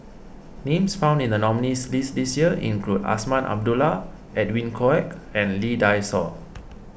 names found in the nominees' list this year include Azman Abdullah Edwin Koek and Lee Dai Soh